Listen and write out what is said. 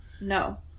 No